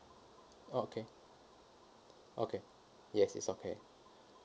okay okay yes it's okay